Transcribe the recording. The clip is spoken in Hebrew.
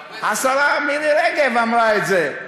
הרבה, השרה מירי רגב אמרה את זה.